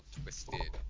twisted